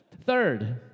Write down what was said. Third